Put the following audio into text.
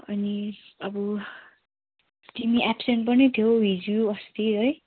अनि अब तिमी एब्सेन्ट पनि थियौ हिजो अस्ति है